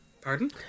Pardon